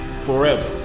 Forever